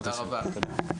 תודה רבה.